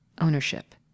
ownership